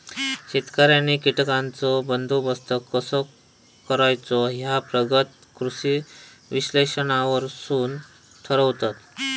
शेतकऱ्यांनी कीटकांचो बंदोबस्त कसो करायचो ह्या प्रगत कृषी विश्लेषणावरसून ठरवतत